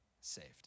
saved